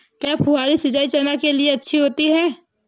क्या फुहारी सिंचाई चना के लिए अच्छी होती है?